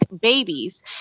babies